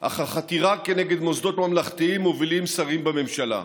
אך את החתירה כנגד מוסדות ממלכתיים מובילים שרים בממשלה.